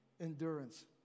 endurance